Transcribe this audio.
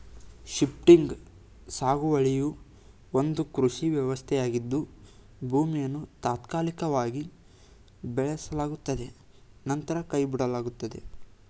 shifting ಸಾಗುವಳಿಯು ಒಂದು ಕೃಷಿ ವ್ಯವಸ್ಥೆಯಾಗಿದ್ದು ಭೂಮಿಯನ್ನು ತಾತ್ಕಾಲಿಕವಾಗಿ ಬೆಳೆಸಲಾಗುತ್ತದೆ ನಂತರ ಕೈಬಿಡಲಾಗುತ್ತದೆ